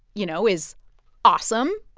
you know, is awesome.